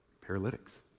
paralytics